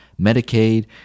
Medicaid